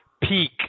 peak